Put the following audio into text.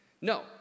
No